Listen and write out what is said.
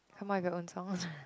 come up with your own songs